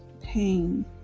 pain